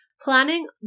planning